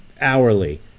hourly